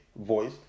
voice